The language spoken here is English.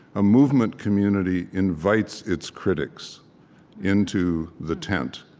a movement community invites its critics into the tent.